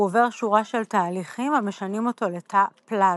הוא עובר שורה של תהליכים המשנים אותו ל"תא פלזמה".